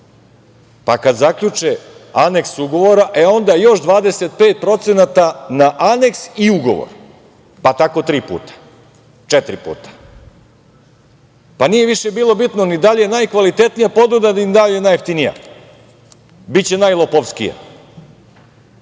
pa kad zaključe aneks ugovora, e onda još 25% na aneks i ugovor, pa tako tri puta, četiri puta. Pa, nije više bilo bitno ni da li je najkvalitetnija ponuda, ni da li je najjeftinija, biće najlopovskija. Pričamo